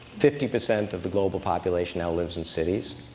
fifty percent of the global population now lives in cities.